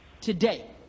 today